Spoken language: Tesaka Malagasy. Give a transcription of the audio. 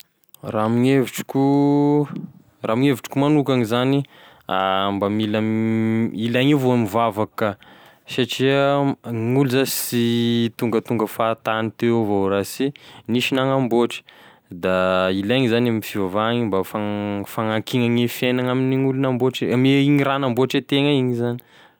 Raha amign'evitriko raha amign'vitriko magnokany zany mba mila, ilaigny avao mivavaky ka satria gn'olo za sy tongatonga fahatany teo avao raha sy nisy nagnamboatry da ilaigny zany m- fivavahany, mba ho fa- ho fagnakina gne fiaignany amin'igny olo- amign'igny raha namboatry ategna igny zany.